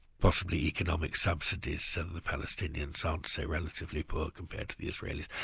possibly economic subsidies so the palestinians aren't so relatively poor compared to the israelis.